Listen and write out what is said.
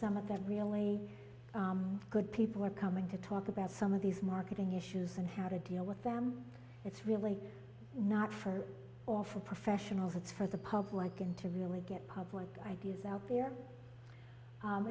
some of that really good people are coming to talk about some of these marketing issues and how to deal with them it's really not for or for professionals it's for the public and to really get public ideas out there